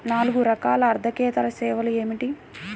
నాలుగు రకాల ఆర్థికేతర సేవలు ఏమిటీ?